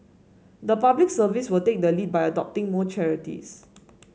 the Public Service will take the lead by adopting more charities